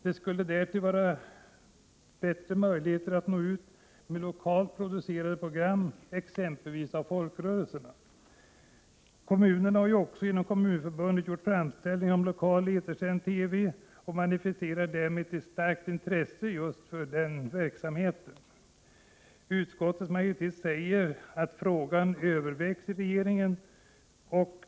Det skulle därtill förbättra möjligheterna att nå ut med lokalt producerade program, exempelvis av folkrörelserna. Kommunerna har genom Kommunförbundet gjort framställningar om lokal etersänd TV och manifesterar därmed ett starkt intresse just för sådan verksamhet. Utskottets majoritet säger att frågan övervägs i regeringen.